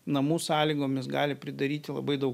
namų sąlygomis gali pridaryti labai daug